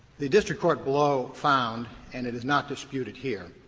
the district court below found, and it is not disputed here,